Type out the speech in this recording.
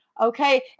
Okay